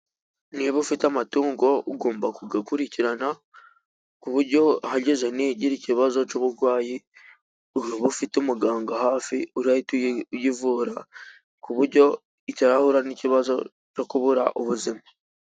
Niba ufite amatungo ugomba kuyakurikirana ku buryo hagize n'igira ikibazo cy'ubugwayi uba ufite umuganga hafi urahita uyivura. Ku buryo atahura n'ikibazo cyo kubura ubuzima.